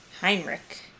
Heinrich